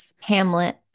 hamlet